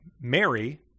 Mary